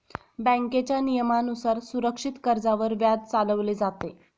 बँकेच्या नियमानुसार सुरक्षित कर्जावर व्याज चालवले जाते